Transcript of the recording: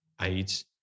AIDS